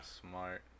Smart